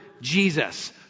Jesus